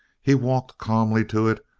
he walked calmly to it,